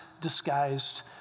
Disguised